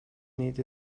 need